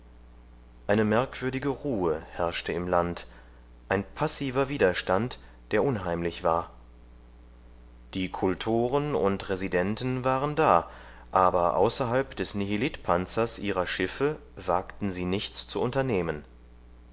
eine merkwürdige ruhe herrschte im land ein passiver widerstand der unheimlich war die kultoren und residenten waren da aber außerhalb des nihilitpanzers ihrer schiffe wagten sie nichts zu unternehmen